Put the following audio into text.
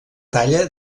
talla